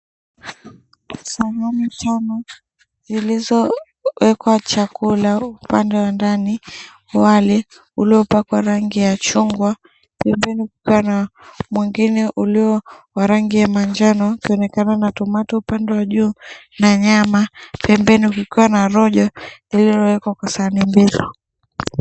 Sahani tano zilizowekwa chakula upande wa ndani, wali uliopakwa rangi ya chungwa, pembeni kukiwa na mwengine ulio rangi ya manjano ikionekana na tomato upande wa juu na nyama, pembeni kukiwa na rojo iliyowekwa kwa sahani mbili.